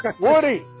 Woody